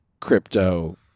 crypto